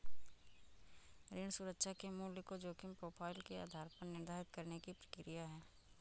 ऋण सुरक्षा के मूल्य को जोखिम प्रोफ़ाइल के आधार पर निर्धारित करने की प्रक्रिया है